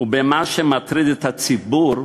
ובמה שמטריד את הציבור,